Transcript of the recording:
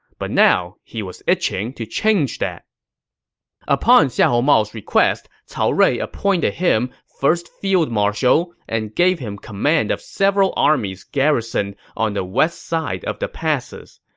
but now he was itching to change that upon xiahou mao's request, cao rui appointed him first field marshal and gave him command of several armies garrisoned on the west side of the passes.